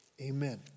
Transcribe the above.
Amen